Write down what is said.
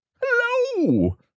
Hello